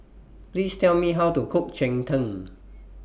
Please Tell Me How to Cook Cheng Tng